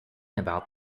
about